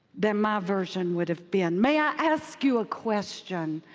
than my version would have been. may i ask you a question?